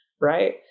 right